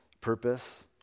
purpose